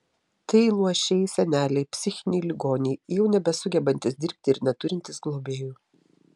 tai luošiai seneliai psichiniai ligoniai jau nebesugebantys dirbti ir neturintys globėjų